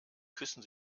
küssen